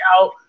out